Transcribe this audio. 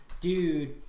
dude